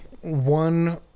one